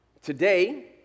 Today